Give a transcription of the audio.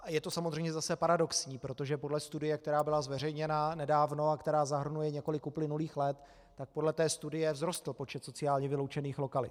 Je to samozřejmě zase paradoxní, protože podle studie, která byla zveřejněna nedávno a která zahrnuje několik uplynulých let, vzrostl počet sociálně vyloučených lokalit.